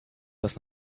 dass